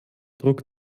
druck